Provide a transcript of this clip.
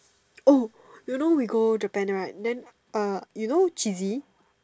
oh you know we go Japan right then uh you know cheesy